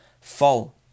fall